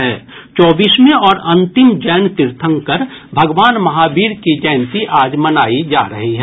चौबीसवें और अंतिम जैन तीर्थंकर भगवान महावीर की जयंती आज मनाई जा रही है